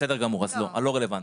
בסדר גמור, אז לא רלוונטי.